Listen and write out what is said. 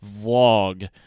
vlog